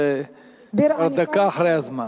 כבר דקה אחרי הזמן.